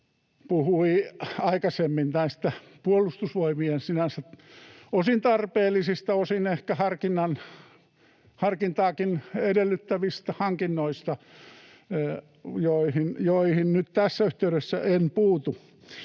puhui aikaisemmin, näistä Puolustusvoimien sinänsä osin tarpeellisista, osin ehkä harkintaakin edellyttävistä hankinnoista, joihin nyt tässä yhteydessä en puutu.